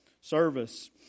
service